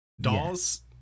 Dolls